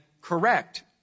correct